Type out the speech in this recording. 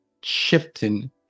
shifting